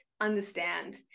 understand